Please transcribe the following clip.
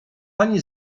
pani